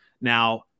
Now